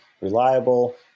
reliable